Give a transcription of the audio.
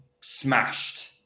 smashed